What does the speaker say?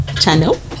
channel